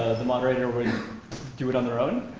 the moderator would do it on their own.